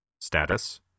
Status